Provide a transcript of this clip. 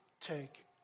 take